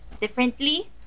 differently